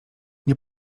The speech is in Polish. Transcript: nie